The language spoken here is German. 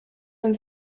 man